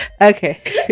Okay